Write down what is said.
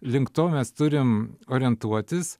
link to mes turim orientuotis